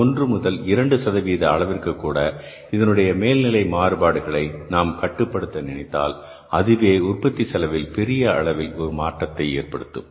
1முதல் 2 சதவீத அளவிற்குக்கூட இதனுடைய மேல்நிலை மாறுபாடுகளை நாம் கட்டுப்படுத்த நினைத்தால் அதுவே உற்பத்தி செலவில் பெரிய அளவில் ஒரு மாற்றத்தை ஏற்படுத்தும்